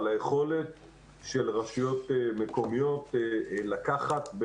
על היכולת של הרשויות המקומיות לקחת,